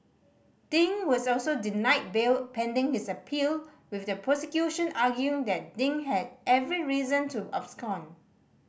Ding was also denied bail pending his appeal with the prosecution arguing that Ding had every reason to abscond